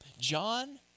John